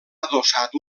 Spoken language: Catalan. adossat